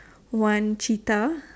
one cheetah